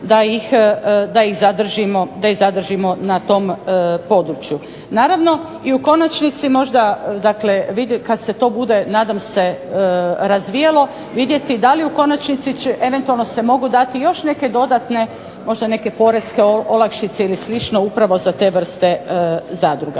da ih zadržimo na tom području. Naravno, i u konačnici možda kad se to bude nadam se razvijalo vidjeti da li u konačnici eventualno se mogu dati još neke dodatne možda neke porezne olakšice ili slično upravo za te vrste zadruga.